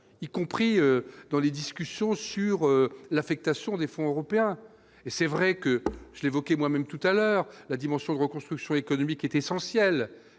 y compris dans les discussions sur l'affectation des fonds européens et c'est vrai que je l'évoquais moi-même tout à l'heure, la dimension de reconstruction économique est essentiel,